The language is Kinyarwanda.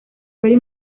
bari